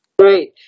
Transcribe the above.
right